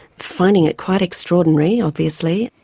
finding it quite extraordinary obviously.